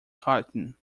cotton